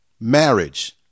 marriage